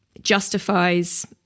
justifies